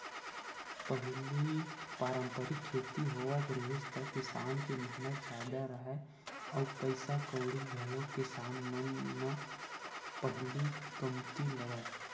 पहिली पारंपरिक खेती होवत रिहिस त किसान के मेहनत जादा राहय अउ पइसा कउड़ी घलोक किसान मन न पहिली कमती लगय